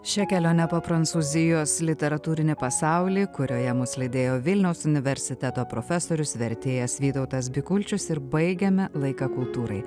šią kelionę po prancūzijos literatūrinį pasaulį kurioje mus lydėjo vilniaus universiteto profesorius vertėjas vytautas bikulčius ir baigiame laiką kultūrai